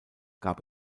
gab